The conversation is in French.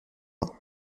vingt